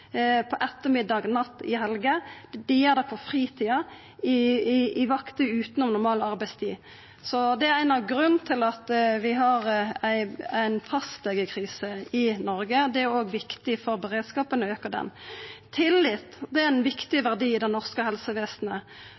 på ettermiddag, natt og i helger. Dei gjer det på fritida, i vakter utanom normal arbeidstid. Det er ein av grunnane til at vi har ei fastlegekrise i Noreg. Det er òg viktig for beredskapen å auka den. Tillit er ein viktig verdi i det norske helsevesenet.